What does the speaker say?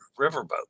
riverboat